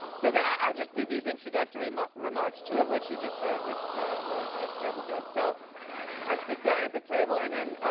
so then, i just did these introductory remarks, two of which you just heard, which were terrible jokes. so i sit down at the table, and then,